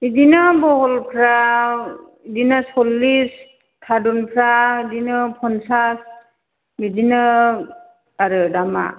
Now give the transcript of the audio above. बिदिनो बहलफ्रा बिदिनो चल्लिस थारुनफ्रा बिदिनो फनचास बिदिनो आरो दामा